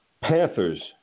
Panthers